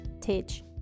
teach